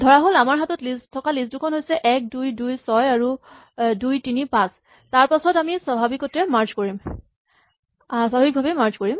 ধৰাহ'ল আমাৰ হাতৰ লিষ্ট দুখন হৈছে ১ ২ ২ ৬ আৰু ২ ৩ ৫ তাৰপাছত আমি স্বাভাৱিকভাৱে মাৰ্জ কৰিম